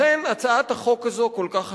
לכן הצעת החוק הזאת כל כך חשובה.